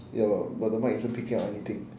ya but but the mic isn't picking up anything